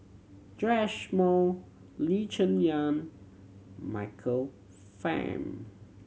Joash Moo Lee Cheng Yan Michael Fam